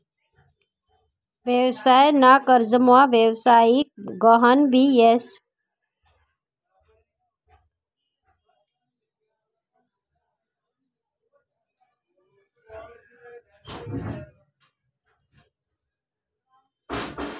व्यवसाय ना कर्जमा व्यवसायिक गहान भी येस